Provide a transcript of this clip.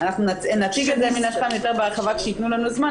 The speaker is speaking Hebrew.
אנחנו נציג את זה מן הסתם יותר בהרחבה כשייתנו לנו זמן,